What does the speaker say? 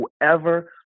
whoever